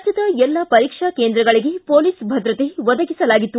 ರಾಜ್ಯದ ಎಲ್ಲ ಪರೀಕ್ಷಾ ಕೇಂದ್ರಗಳಿಗೆ ಪೊಲೀಸ್ ಭದ್ರತೆ ಒದಗಿಸಲಾಗಿತ್ತು